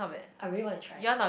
I really want to try